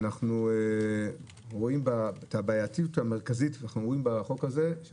אנחנו רואים את הבעייתיות המרכזית בחוק הזה בכך שהוא